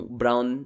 brown